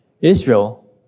Israel